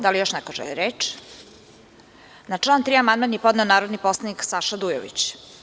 Da li još neko želi reč? (Ne) Na član 3. amandman je podneo narodni poslanik Saša Dujović.